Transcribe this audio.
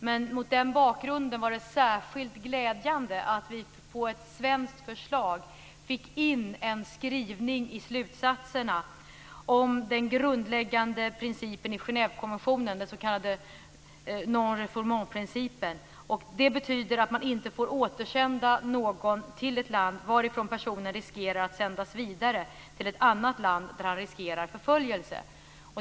Men mot den bakgrunden var det särskilt glädjande att vi på ett svenskt förslag fick in en skrivning i slutsatserna om den grundläggande principen i Genèvekonventionen, den s.k. non refoulementprincipen. Det betyder att man inte får återsända någon till ett land varifrån personen riskerar att sändas vidare till ett annat land där han riskerar förföljelse.